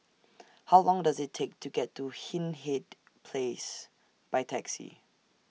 How Long Does IT Take to get to Hindhede Place By Taxi